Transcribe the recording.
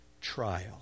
trial